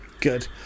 Good